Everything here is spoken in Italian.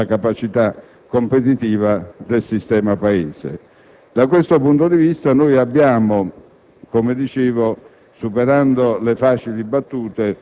volgere al basso la capacità competitiva del sistema Paese. Da questo punto di vista, come dicevo,